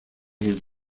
his